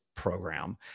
program